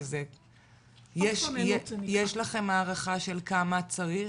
יש לכם הערכה של כמה צריך?